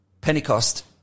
Pentecost